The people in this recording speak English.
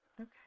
Okay